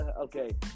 Okay